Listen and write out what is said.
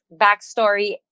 backstory